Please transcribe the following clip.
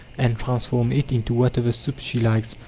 and transforms it into whatever soup she likes,